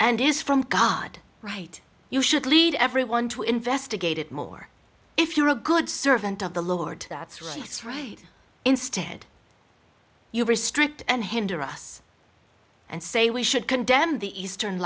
and is from god right you should lead everyone to investigate it more if you're a good servant of the lord that's really three instead you restrict and hinder us and say we should condemn the eastern